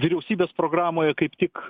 vyriausybės programoje kaip tik